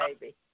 baby